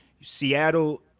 Seattle